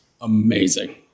amazing